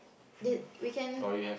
there's we can